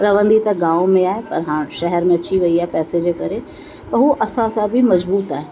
रहंदी त गांव में आहे पर हाणे शहर में अची वई आहे पैसे जे करे पर हूअ असां सां बि मज़बूत आहे